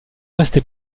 rester